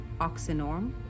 oxynorm